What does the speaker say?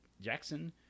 Jackson